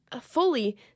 fully